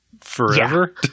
forever